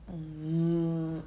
um hmm